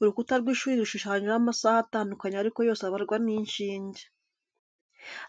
Urukuta rw'ishuri rushushanyijeho amasaha atandukanye ariko yose abarwa n'inshinge.